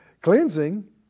Cleansing